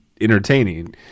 entertaining